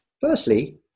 Firstly